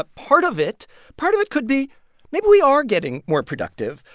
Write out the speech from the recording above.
ah part of it part of it could be maybe we are getting more productive,